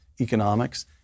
economics